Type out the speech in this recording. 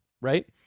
right